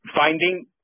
finding